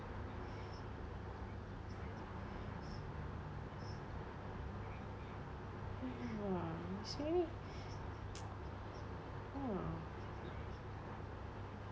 mm !wah! it's really ya